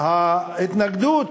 ההתנגדות